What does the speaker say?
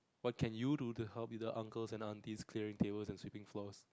what can you do to help either uncles and aunties clearing tables and sweeping floors